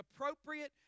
appropriate